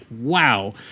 wow